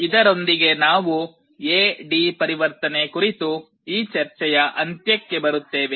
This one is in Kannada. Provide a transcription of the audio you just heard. ಇದರೊಂದಿಗೆ ನಾವು ಎ ಡಿ ಪರಿವರ್ತನೆ ಕುರಿತು ಈ ಚರ್ಚೆಯ ಅಂತ್ಯಕ್ಕೆ ಬರುತ್ತೇವೆ